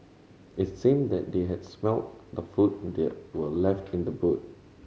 it seemed that they had smelt the food that were left in the boot